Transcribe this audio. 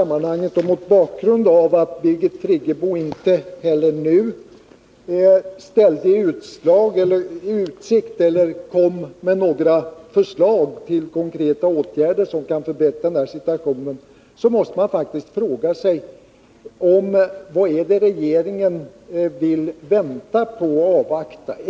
Mot bakgrund av att Birgit Friggebo inte heller nu kom med eller ställde i utsikt några förslag till konkreta åtgärder som kan förbättra denna situation, måste jag fråga: Vad är det regeringen vill avvakta?